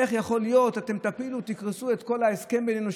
איך יכול להיות שאתם תפילו ותקריסו את כל ההסכם בינינו,